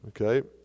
Okay